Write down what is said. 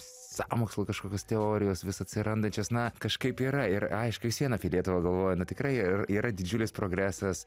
sąmokslai kažkokios teorijos vis atsirandančios na kažkaip yra ir aišku vis vien apie lietuvą galvoju na tikrai yra didžiulis progresas